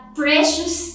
precious